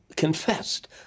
Confessed